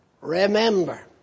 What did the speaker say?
remember